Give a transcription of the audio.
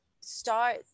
start